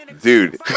dude